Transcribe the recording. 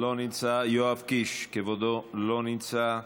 לא נמצא, יואב קיש, כבודו, לא נמצא,